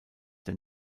der